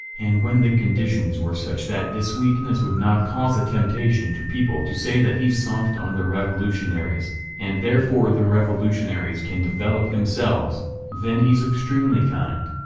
and when the conditions were such that this weakness would not cause a temptation to people to say that he's soft on the revolutionaries and therefore the revolutionaries can develop themselves then he's extremely kind.